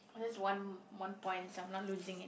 I just want one point so I'm not losing an~